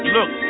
Look